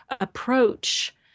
approach